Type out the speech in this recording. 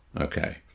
Okay